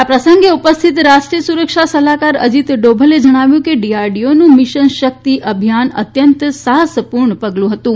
આ પ્રસંગે ઉપસ્થિત રાષ્ટ્રીય સુરક્ષા સલાહકાર અજીત ડોભલે જણાવ્યું કે ડીઆરડીઓનું મિશન શકિત અભિયાન અત્યંત સાહસપુર્ણ પગલુ હતું